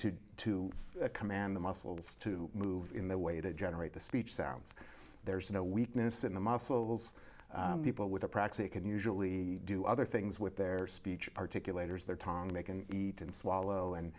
do to command the muscles to move in the way to generate the speech sounds there's no weakness in the muscles people with a proxy can usually do other things with their speech articulators their tongue they can eat and swallow and